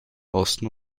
osten